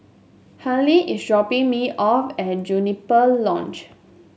Hallie is dropping me off at Juniper Lodge